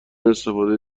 استفاده